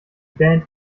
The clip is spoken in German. band